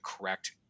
correct